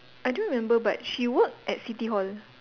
I don't remember but she work at City Hall